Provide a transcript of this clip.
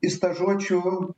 iš stažuočių